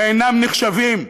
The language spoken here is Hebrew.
שאינם נחשבים.